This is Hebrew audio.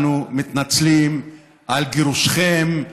אנחנו מתנצלים על גירושכם,